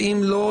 ואם לא,